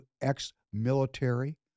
ex-military